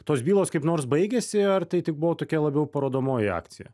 tos bylos kaip nors baigėsi ar tai tik buvo tokia labiau parodomoji akcija